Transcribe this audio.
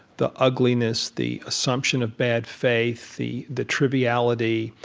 the ugliness, the assumption of bad faith, the the triviality,